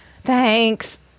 thanks